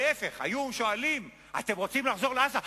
להיפך, אם היו שואלים: אתם רוצים לחזור לעזה?